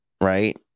right